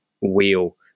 wheel